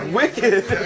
wicked